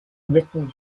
written